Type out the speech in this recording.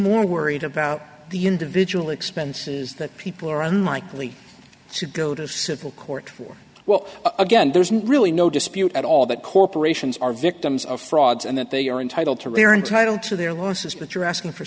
more worried about the individual expenses that people are unlikely to go to civil court for well again there's really no dispute at all that corporations are victims of frauds and that they are entitled to return title to their losses but you're asking for